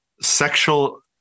sexual